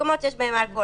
במקומות בהם אלכוהול,